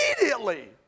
Immediately